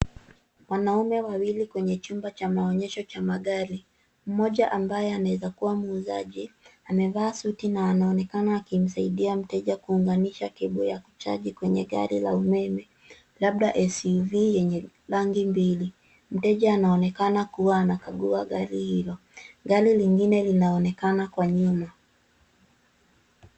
Wanaume wawili kwenye chumba cha maonyesho cha magari. Mmoja ambaye anaweza kuwa muuzaji, amevaa suti na anaonekana akimsadia mteja kuunganisha cable ya kuchaji kwenye gari la umeme, labda SUV yenye rangi mbili. Mteja anaonekana kuwa anakagua gari hilo. Gari lingine linaonekana kwa nyuma.